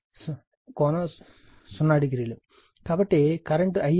కాబట్టి current I Vg series impedance Rg RL j x g